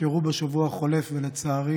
שאירעו בשבוע החולף, ולצערי